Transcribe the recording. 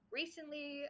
recently